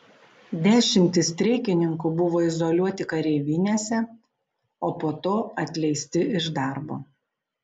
dešimtys streikininkų buvo izoliuoti kareivinėse o po to atleisti iš darbo